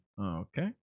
Okay